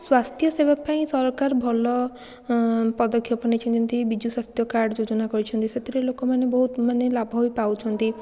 ସ୍ୱାସ୍ଥ୍ୟ ସେବା ପାଇଁ ସରକାର ଭଲ ପଦକ୍ଷେପ ନେଇଛନ୍ତି ଯେମିତି ବିଜୁ ସ୍ୱାସ୍ଥ୍ୟ କାର୍ଡ଼ ଯୋଜନା କରିଛନ୍ତି ସେଥିରେ ଲୋକମାନେ ବହୁତ ମାନେ ଲାଭ ବି ପାଉଛନ୍ତି